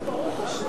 נו, ברוך השם.